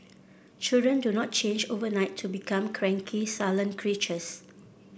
children do not change overnight to become cranky sullen creatures